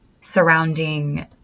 surrounding